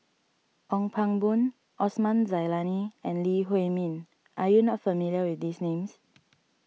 Ong Pang Boon Osman Zailani and Lee Huei Min are you not familiar with these names